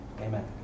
amen